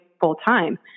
full-time